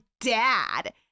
dad